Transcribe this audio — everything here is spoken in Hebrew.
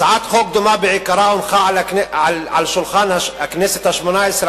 הצעת חוק דומה בעיקרה הונחה על שולחן הכנסת השמונה-עשרה